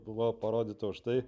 buvo parodyta už tai